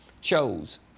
chose